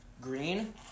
Green